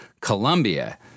Colombia